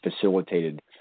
facilitated